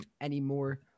anymore